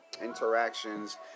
interactions